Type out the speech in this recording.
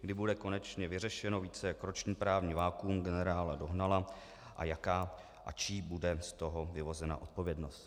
Kdy bude konečně vyřešeno více než roční právní vakuum generála Dohnala a jaká a čí bude z toho vyvozena odpovědnost?